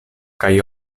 kaj